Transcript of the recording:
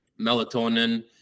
melatonin